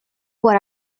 what